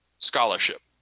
scholarship